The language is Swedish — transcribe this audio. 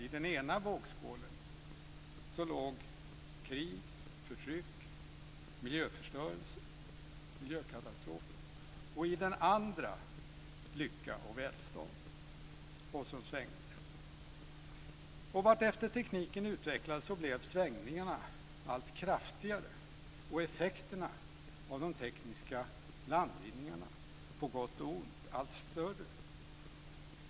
I den ena vågskålen låg krig, förtryck, miljöförstörelse och miljökatastrofer. I den andra vågskålen låg lycka och välstånd. Sedan svängde det. Vartefter tekniken utvecklades blev svängningarna allt kraftigare och effekterna av de tekniska landvinningarna, på gott och ont, allt större.